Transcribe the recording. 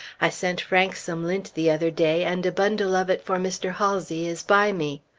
i sent frank some lint the other day, and a bundle of it for mr. halsey is by me.